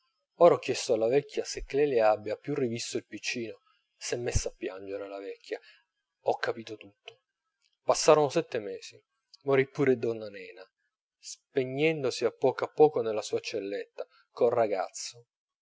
ora ho chiesto alla vecchia se clelia abbia più rivisto il piccino s'è messa a piangere la vecchia ho capito tutto passarono sette mesi morì pure donna nena spegnendosi a poco a poco nella sua celletta col ragazzo